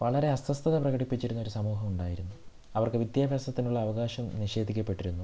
വളരെ അസ്വസ്ഥത പ്രകടിപ്പിച്ചിരുന്ന ഒരു സമൂഹമുണ്ടായിരുന്നു അവർക്ക് വിദ്യാഭ്യാസത്തിനുള്ള അവകാശം നിഷേധിക്കപ്പെട്ടിരുന്നു